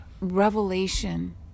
revelation